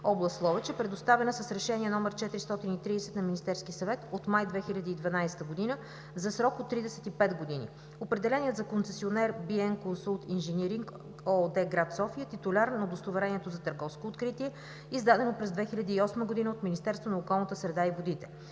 област Ловеч е предоставена с Решение № 430 на Министерския съвет от месец май 2012 г. за срок от 35 години. Определеният за концесионер „БН Консулт инженеринг“ ООД, град София е титуляр на удостоверение за търговско откритие, издадено през 2008 г. от Министерството на околната среда и водите.